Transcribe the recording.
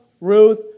Ruth